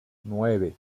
nueve